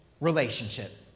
relationship